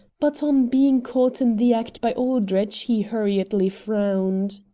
but on being caught in the act by aldrich he hurriedly frowned.